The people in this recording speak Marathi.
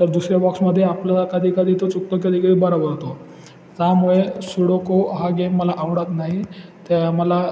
तर दुसऱ्या बॉक्समध्ये आपल्याला कधी कधी तो चुकतो कधी कधी बरोबर होतो त्यामुळे सुडोको हा गेम मला आवडत नाही त्या मला